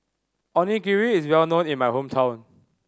onigiri is well known in my hometown